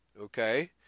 okay